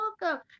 welcome